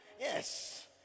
Yes